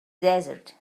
desert